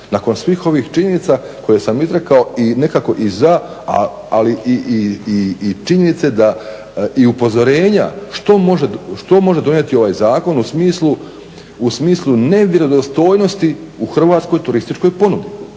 nakon svih ovih činjenica koje sam izrekao i nekako i za i za činjenice i upozorenja što može donijeti ovaj zakon u smislu nevjerodostojnosti u Hrvatskoj turističkoj ponudi.